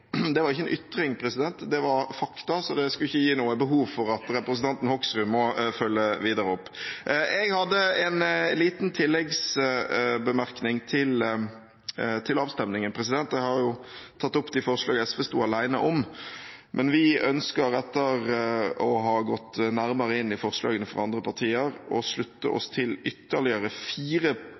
Det var ikke en ytring, det er fakta, så det skulle ikke være noe behov for at representanten Hoksrud må følge videre opp. Jeg har en liten tilleggsbemerkning til avstemningen. Jeg har tatt opp de forslag SV sto alene om, men vi ønsker, etter å ha vurdert nærmere forslagene fra andre partier, å slutte oss til ytterligere fire